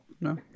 no